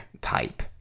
type